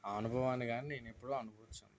ఆ అనుభవాన్ని కానీ నేను ఎప్పుదు అనుభూతి చెంద